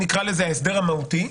נוסף.